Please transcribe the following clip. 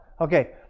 Okay